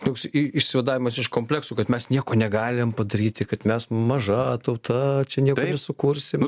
toks i išsivadavimas iš kompleksų kad mes nieko negalim padaryti kad mes maža tauta čia nieko sukursim